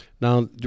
Now